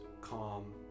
calm